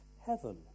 heaven